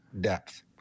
depth